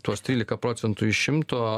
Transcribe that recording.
tuos trylika procentų iš šimto